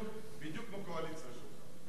בדיוק בקואליציה שלך.